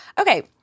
Okay